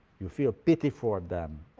you feel pity for them.